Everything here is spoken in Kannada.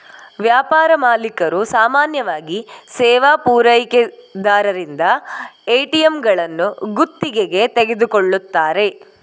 ವ್ಯಾಪಾರ ಮಾಲೀಕರು ಸಾಮಾನ್ಯವಾಗಿ ಸೇವಾ ಪೂರೈಕೆದಾರರಿಂದ ಎ.ಟಿ.ಎಂಗಳನ್ನು ಗುತ್ತಿಗೆಗೆ ತೆಗೆದುಕೊಳ್ಳುತ್ತಾರೆ